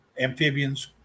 amphibians